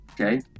okay